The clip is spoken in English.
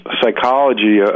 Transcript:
psychology